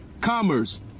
Commerce